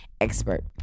expert